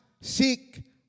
seek